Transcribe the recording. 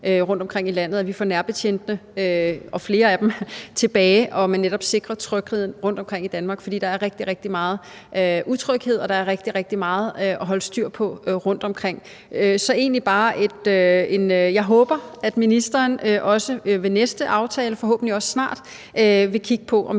rundtomkring i landet, at vi får nærbetjentene tilbage og flere af dem, og at man netop sikrer trygheden rundtomkring i Danmark, for der er rigtig, rigtig meget utryghed, og der er rigtig, rigtig meget at holde styr på rundtomkring. Så jeg håber egentlig bare, at ministeren også ved næste aftale, forhåbentlig også snart, vil kigge på, om